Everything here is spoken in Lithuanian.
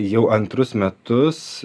jau antrus metus